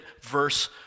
verse